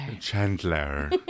Chandler